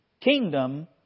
kingdom